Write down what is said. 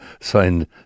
signed